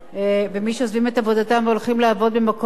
ומי שעוזבים את עבודתם והולכים לעבוד במקום אחר,